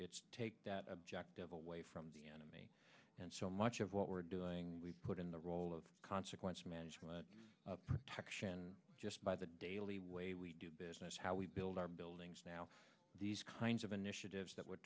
to take that objective away from the enemy and so much of what we're doing we put in the role of consequence management protection just by the daily way we do business how we build our buildings now these kinds of initiatives that w